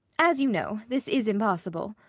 as you know, this is impossible.